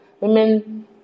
women